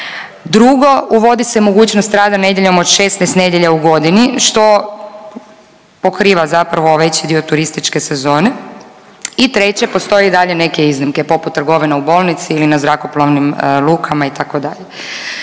Drugo, uvodi se mogućnost rada nedjeljom od 16 nedjelja u godini što pokriva zapravo veći dio turističke sezone i treće, postoje i dalje neke iznimke poput trgovina u bolnici ili na zrakoplovnim lukama itd..